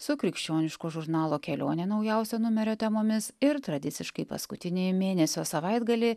su krikščioniško žurnalo kelionė naujausio numerio temomis ir tradiciškai paskutinįjį mėnesio savaitgalį